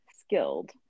skilled